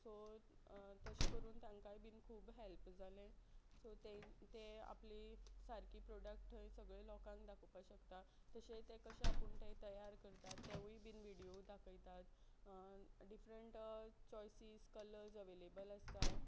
so तशें करून तांकांय बीन खूब हेल्प जाले सो ते आपली सारकी प्रोडक्ट थंय सगळे लोकांक दाखोवपा शकता तशें ते कशें आपूण ते तयार करतात तेवूय बीन व्हिडिओ दाखयतात डिफरंट चोयसीस कलर्स अवेलेबल आसता